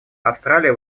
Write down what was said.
австралия